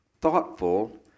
thoughtful